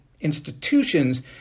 institutions